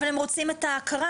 אבל הם רוצים את ההכרה,